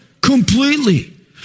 completely